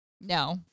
no